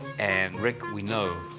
and rick, we know,